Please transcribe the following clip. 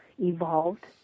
evolved